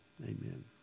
amen